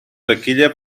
taquilla